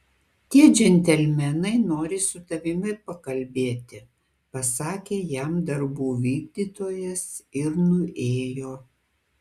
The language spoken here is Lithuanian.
tie džentelmenai nori su tavimi pakalbėti pasakė jam darbų vykdytojas ir nuėjo